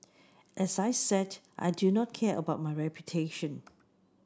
as I said I do not care about my reputation